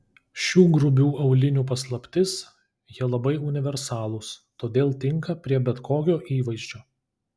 šių grubių aulinių paslaptis jie labai universalūs todėl tinka prie bet kokio įvaizdžio